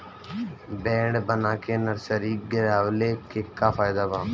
Bed बना के nursery गिरवले के का फायदा बा?